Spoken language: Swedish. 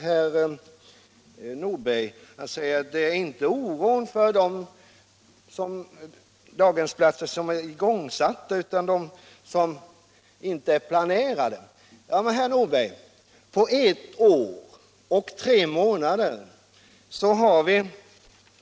Herr Nordberg säger att man inte är orolig för de daghemsbyggen som är igångsatta utan för dem som inte är planerade. Ja men, herr Nordberg, på ett år och tre månader har vi